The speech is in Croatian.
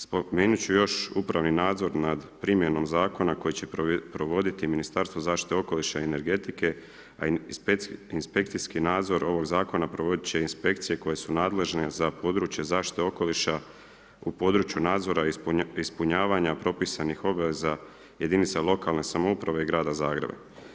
Spomenuti ću još upravni nadzor nad primjenom zakona koje će provoditi Ministarstvo zaštite okoliša i energetike a inspekcijski nadzor ovog zakona provoditi će inspekcije koje su nadležne za područje zaštite okoliša u području nadzora ispunjavanja propisanih obveza jedinica lokalne samouprave i grada Zagreba.